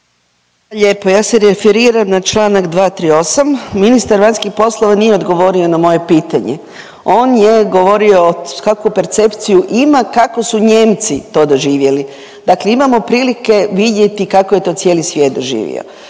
Lijepo, ja se referiram na Članak 238., ministar vanjskih poslova nije odgovorio na moje pitanje. On je govorio kakvu percepciju ima kako su Nijemci to doživjeli. Dakle, imamo prilike vidjeti kako je to cijeli svijet doživio.